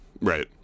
right